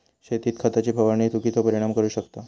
शेतीत खताची फवारणी चुकिचो परिणाम करू शकता